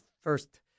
first